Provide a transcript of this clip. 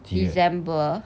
几月